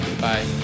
Bye